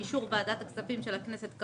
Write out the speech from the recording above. באישור ועדת הכספים של הכנסת,